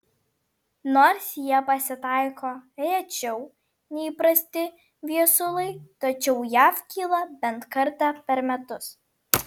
nors jie pasitaiko rečiau nei įprasti viesulai tačiau jav kyla bent kartą per metus